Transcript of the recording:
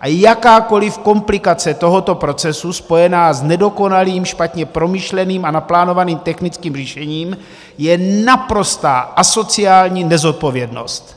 a jakákoliv komplikace tohoto procesu spojená s nedokonalým, špatně promyšleným a naplánovaným technickým řešením je naprostá asociální nezodpovědnost!